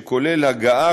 שכולל הגעה,